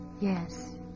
Yes